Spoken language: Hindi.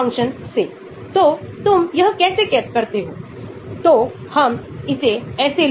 अगर आपका कहना है कि तृतीयक हमारे पास 198 है